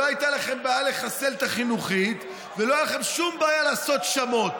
לא הייתה לכם בעיה לחסל את החינוכית ולא הייתה לכם שום בעיה לעשות שמות,